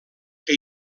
que